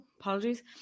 apologies